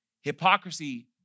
Hypocrisy